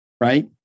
right